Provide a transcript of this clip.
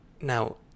Now